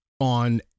on